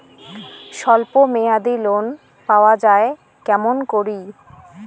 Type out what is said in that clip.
স্বল্প মেয়াদি লোন পাওয়া যায় কেমন করি?